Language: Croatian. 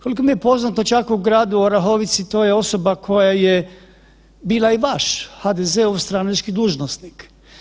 Koliko mi je poznato čak u gradu Orahovici to je osoba koja je bila i vaš HDZ-ov stranački dužnosnik.